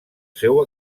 seu